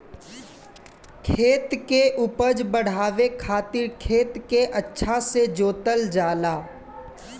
खेत के उपज बढ़ावे खातिर खेत के अच्छा से जोतल जाला